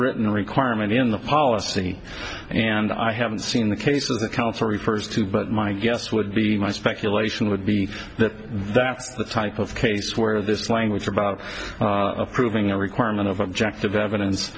written requirement in the policy and i haven't seen the case of the counsel refers to but my guess would be my speculation would be that that's the type of case where this language about approving a requirement of objective evidence